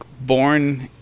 born